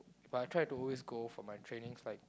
but I try to always go for my trainings like